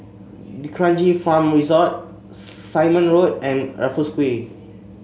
D'Kranji Farm Resort Simon Road and Raffles Quay